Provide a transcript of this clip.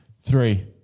Three